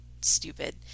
stupid